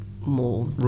more